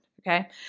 Okay